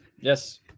Yes